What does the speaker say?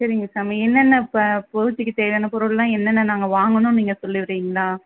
சரிங்க சாமி என்னென்ன இப்போ பூஜைக்கு தேவையான பொருளெலாம் என்னென்ன நாங்கள் வாங்கணும்னு நீங்கள் சொல்லிடுறீங்களா